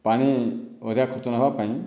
ପାଣି ଅଧିକା ଖର୍ଚ୍ଚ ନହେବା ପାଇଁ